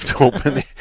open